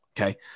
Okay